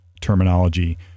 terminology